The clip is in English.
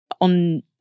on